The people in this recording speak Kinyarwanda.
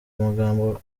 amagambo